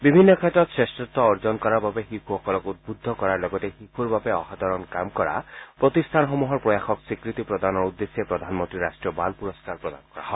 বিভিন্ন ক্ষেত্ৰত শ্ৰেষ্ঠত্ব অৰ্জন কৰাৰ বাবে শিশুসকলক উদ্বুদ্ধ কৰাৰ লগতে শিশুৰ বাবে অসাধাৰণ কাম কৰা প্ৰতিষ্ঠানসমূহৰ প্ৰয়াসক স্বীকৃতি প্ৰদানৰ উদ্দেশ্যে প্ৰধানমন্ত্ৰী ৰাষ্ট্ৰীয় বাল পুৰস্থাৰ প্ৰদান কৰা হয়